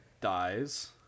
dies